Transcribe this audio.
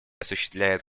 осуществляет